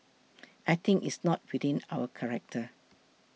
I think it is not within our character